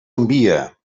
envia